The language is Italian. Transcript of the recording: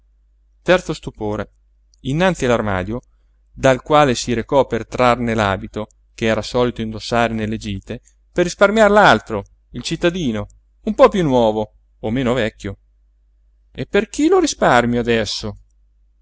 pulite terzo stupore innanzi all'armadio dal quale si recò per trarne l'abito che era solito indossare nelle gite per risparmiar l'altro il cittadino un po piú nuovo o meno vecchio e per chi lo risparmio adesso